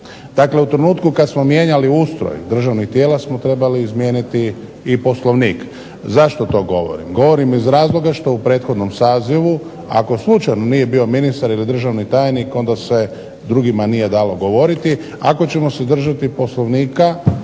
Dakle u trenutku kad smo mijenjali ustroj državnih tijela smo trebali izmijeniti i Poslovnik. Zašto to govorim, govorim iz razloga što u prethodnom sazivu ako slučajno nije bio ministar ili državni tajnik onda se drugima nije dalo govoriti. Ako ćemo se držati Poslovnika